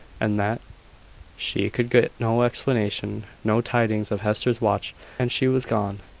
and that she could get no explanation, no tidings of hester's watch and she was gone.